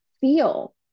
feel